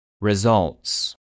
Results